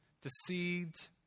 deceived